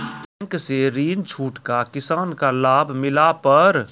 Bank से छूट का किसान का लाभ मिला पर?